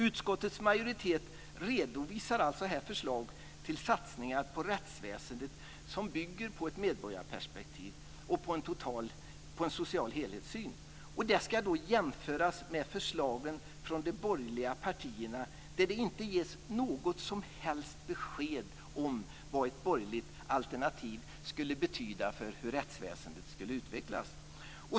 Utskottets majoritet redovisar här förslag till satsningar på rättsväsendet som bygger på ett medborgarperspektiv och på en social helhetssyn. Detta ska då jämföras med förslagen från de borgerliga partierna. De ger inte något som helst besked om vad ett borgerligt alternativ skulle betyda för hur rättsväsendet skulle utvecklas.